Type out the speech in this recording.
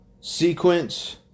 sequence